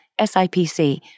SIPC